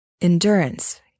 Endurance